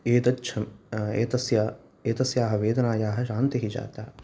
एतत्छ एतस्य एतस्याः वेदनायाः शान्तिः जाता